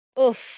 Oof